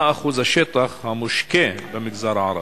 מה אחוז השטח המושקה במגזר הערבי?